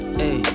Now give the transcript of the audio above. hey